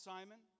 Simon